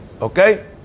okay